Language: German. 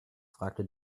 fragte